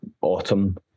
autumn